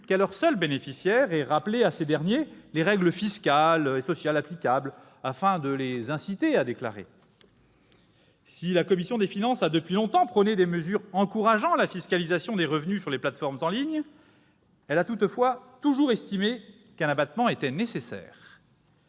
qu'à leurs seuls bénéficiaires et de rappeler à ces derniers les règles fiscales et sociales applicables afin de les inciter à les déclarer. Si la commission des finances a depuis longtemps prôné des mesures encourageant la fiscalisation des revenus sur les plateformes en ligne, elle a cependant toujours estimé qu'un abattement était nécessaire.